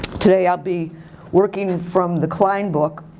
today i'll be working from the klein book